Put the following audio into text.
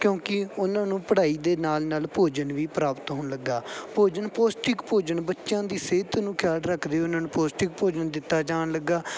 ਕਿਉਂਕਿ ਉਹਨਾਂ ਨੂੰ ਪੜ੍ਹਾਈ ਦੇ ਨਾਲ ਨਾਲ ਭੋਜਨ ਵੀ ਪ੍ਰਾਪਤ ਹੋਣ ਲੱਗਾ ਭੋਜਨ ਪੌਸ਼ਟਿਕ ਭੋਜਨ ਬੱਚਿਆਂ ਦੀ ਸਿਹਤ ਨੂੰ ਖਿਆਲ ਰੱਖਦੇ ਉਹਨਾਂ ਨੂੰ ਪੌਸ਼ਟਿਕ ਭੋਜਨ ਦਿੱਤਾ ਜਾਣ ਲੱਗਾ